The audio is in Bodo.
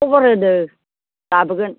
खबर होदों लाबोगोन